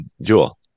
Jewel